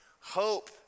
hope